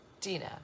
Dina